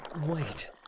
Wait